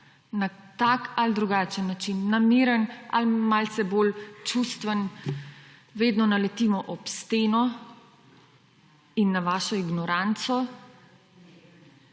na tak ali drugačen način, na miren ali malce bolj čustven, vedno naletimo ob steno in na vašo ignoranco.